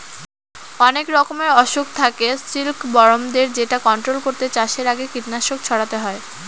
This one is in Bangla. অনেক রকমের অসুখ থাকে সিল্কবরমদের যেটা কন্ট্রোল করতে চাষের আগে কীটনাশক ছড়াতে হয়